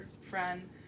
friend